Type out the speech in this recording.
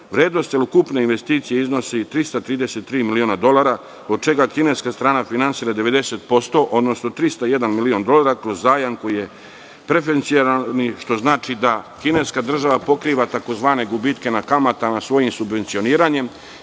Vrednost celokupne investicije iznosi 333 miliona dolara, od čega kineska strana finansira 90%, odnosno 301 milion dolara kroz zajam koji je preferencijalni, što znači da kineska država pokriva tzv. gubitke na kamatama svojim subvencioniranjem. Zato